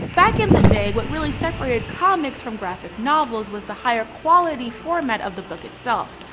back in the day what really separated comics from graphic novels was the higher quality format of the book itself.